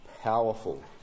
powerful